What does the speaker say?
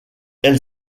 elle